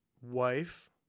wife